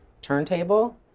turntable